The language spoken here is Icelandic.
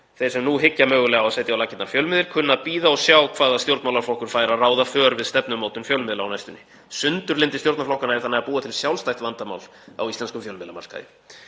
Þeir sem nú hyggja mögulega á að setja á laggirnar fjölmiðil kunna að bíða og sjá hvaða stjórnmálaflokkur fær að ráða för við stefnumótun fjölmiðla á næstunni. Sundurlyndi stjórnarflokkanna er þannig að búa til sjálfstætt vandamál á íslenskum fjölmiðlamarkaði.